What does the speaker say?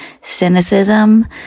cynicism